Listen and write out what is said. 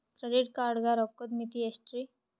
Credit card ಗ ರೋಕ್ಕದ್ ಮಿತಿ ಎಷ್ಟ್ರಿ?